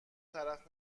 طرف